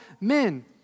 men